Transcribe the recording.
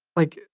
like,